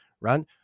right